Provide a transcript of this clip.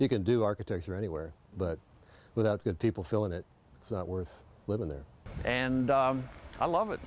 you can do architecture anywhere but without good people feeling it worth living there and i love it